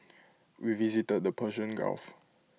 we visited the Persian gulf